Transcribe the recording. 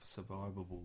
survivable